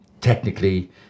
technically